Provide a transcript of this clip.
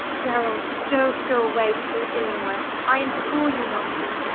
gerald, don't go away with lord illingworth. i implore you not to.